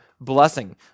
blessing